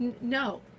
No